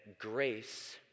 grace